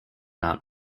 not